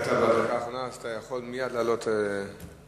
הגעת בדקה האחרונה, אתה יכול מייד לעלות לדוכן.